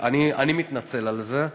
אני מתנצל על זה.